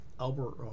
Albert